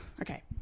Okay